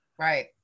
Right